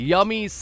Yummy